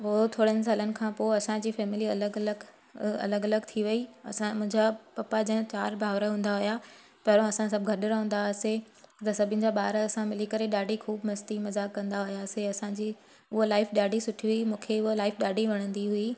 पो थोरनि सालनि खां पो असांजी फैमिली अलॻि अलॻि अलॻि अलॻि थी वई असां मुंहिंजा पपा जा चारि भाउर हूंदा हुआ पहिरियों असां सभु गॾु रहंदा हुआसीं त सभिनि जा ॿार असां मिली करे ॾाढी ख़ूबु मस्ती मज़ाक कंदा हुआसीं असांजी उआ लाइफ ॾाढी सुठी हुई मुखे उआ लाइफ ॾाढी वणंदी हुई